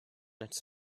its